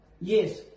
Yes